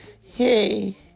Hey